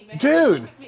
Dude